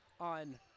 on